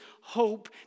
hope